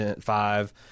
five